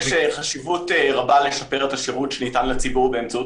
יש חשיבות רבה לשפר את השירות שניתן לציבור באמצעות